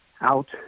out